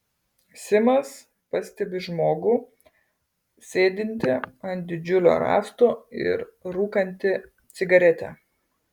simas pastebi žmogų sėdintį ant didžiulio rąsto ir rūkantį cigaretę